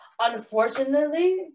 unfortunately